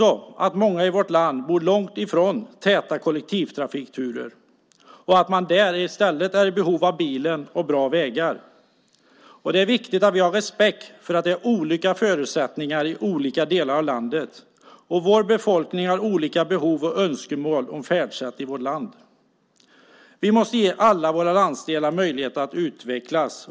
Många i vårt land bor långt från täta kollektivtrafikturer. Där är man i stället i behov av bil och bra vägar. Det är viktigt att vi har respekt för att förutsättningarna är olika i olika delar av landet. Befolkningen har olika behov och önskemål när det gäller färdsätt i vårt land. Vi måste ge alla landsdelar möjlighet att utvecklas.